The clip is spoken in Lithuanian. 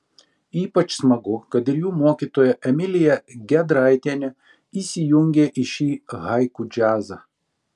ypač smagu kad ir jų mokytoja emilija gedraitienė įsijungė į šį haiku džiazą